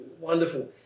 wonderful